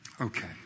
Okay